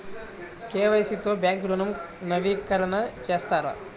KYC తో bank ఋణం నవీకరణ చేస్తారా?